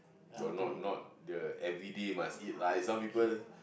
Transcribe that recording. not not not the everyday must eat lah some people